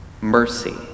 Mercy